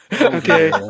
Okay